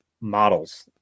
models